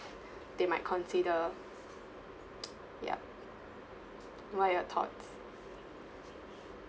they might consider ya what are your thoughts